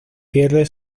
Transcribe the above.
pierde